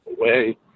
away